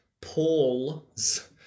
Paul's